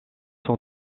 sont